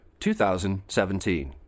2017